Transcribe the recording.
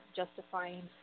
justifying